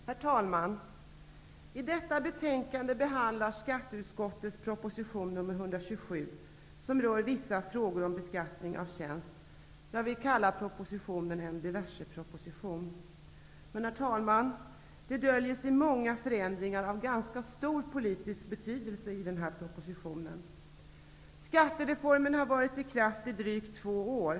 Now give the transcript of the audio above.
Herr talman! I detta betänkande behandlar skatteutskottet proposition 127, som rör vissa frågor om beskattning av tjänst. Jag vill kalla propositionen en diverseproposition. Men, herr talman, i den här propositionen döljer sig många förändringar av ganska stor politisk betydelse. Skattereformen har varit i kraft i drygt två år.